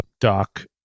Doc